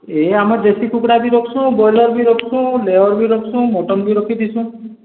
ଏଇ ଆମ ଦେଶୀ କୁକୁଡ଼ା ବି ରଖ୍ସୁଁ ବ୍ରୟଲର୍ ବି ରଖ୍ସୁଁ ଲେୟର୍ ବି ରଖ୍ସୁଁ ମଟନ୍ ବି ରଖିଥିସୁଁ